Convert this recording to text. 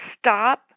Stop